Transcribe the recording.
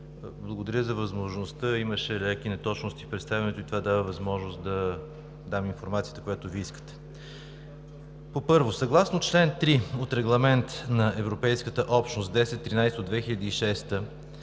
благодаря за възможността – имаше леки неточности в представянето и това дава възможност да дам информацията, която Вие искате. Първо, съгласно чл. 3 от Регламент на Европейската общност № 1013/2006